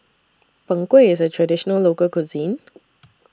Png Kueh IS A Traditional Local Cuisine